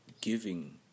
giving